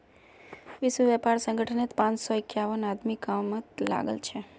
विश्व व्यापार संगठनत पांच सौ इक्यावन आदमी कामत लागल छ